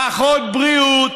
פחות בריאות,